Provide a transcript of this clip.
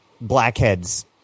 blackheads